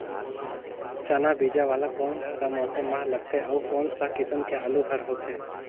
चाना बीजा वाला कोन सा मौसम म लगथे अउ कोन सा किसम के आलू हर होथे?